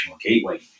gateway